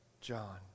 John